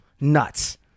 Nuts